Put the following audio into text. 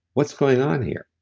what's going on here?